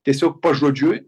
tiesiog pažodžiui